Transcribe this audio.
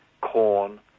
corn